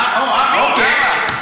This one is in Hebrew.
אה, אוקיי.